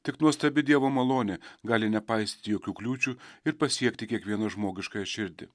tik nuostabi dievo malonė gali nepaisyti jokių kliūčių ir pasiekti kiekvieną žmogiškąją širdį